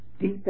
deep